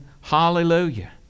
Hallelujah